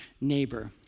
neighbor